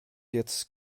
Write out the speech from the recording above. jetzt